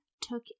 took